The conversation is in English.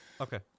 okay